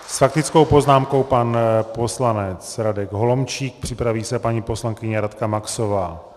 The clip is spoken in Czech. S faktickou poznámkou pan poslanec Radek Holomčík, připraví se paní poslankyně Radka Maxová.